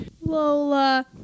lola